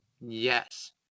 yes